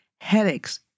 headaches